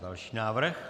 Další návrh.